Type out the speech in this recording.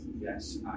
Yes